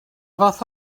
fath